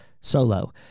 solo